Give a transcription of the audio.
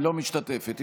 משתתפת.